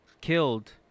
killed